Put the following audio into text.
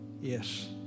Yes